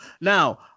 Now